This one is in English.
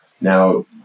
Now